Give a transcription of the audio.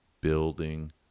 building